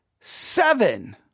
seven